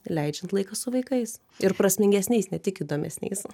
leidžiant laiką su vaikais ir prasmingesniais ne tik įdomesniais